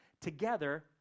together